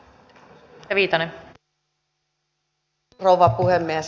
arvoisa rouva puhemies